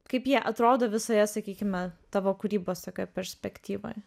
kaip jie atrodo visoje sakykime tavo kūrybos perspektyvoje